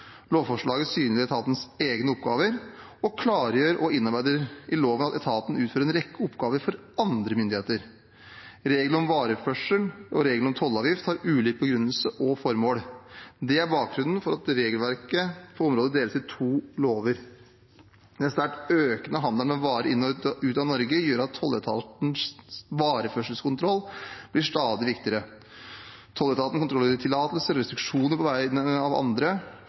Lovforslaget synliggjør etatens egne oppgaver og klargjør og innarbeider i loven at etaten utfører en rekke oppgaver for andre myndigheter. Reglene om vareførsel og reglene om tollavgift har ulik begrunnelse og formål. Det er bakgrunnen for at regelverket på området deles i to lover. Den sterkt økende handelen med varer inn og ut av Norge gjør at tolletatens vareførselskontroll blir stadig viktigere. Tolletaten kontrollerer tillatelser og restriksjoner på vegne av en rekke andre